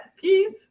Peace